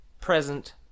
present